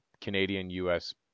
Canadian-US